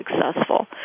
successful